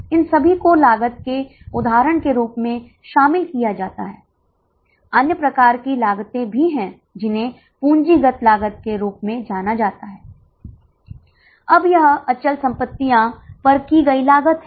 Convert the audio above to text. आम तौर पर यह सच है कि औसत लागत में गिरावट आएगी क्योंकि प्रति इकाई परिवर्तनीय लागत वही 108 है स्थिर लागत 12000 पर स्थिर है और अधिक से अधिक छात्रों में वितरित हो जाती है हालाँकि अर्ध परिवर्तनीय लागत अद्वितीय है इसकी चरणबद्ध प्रकृति है